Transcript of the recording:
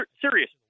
serious